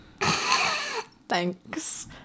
Thanks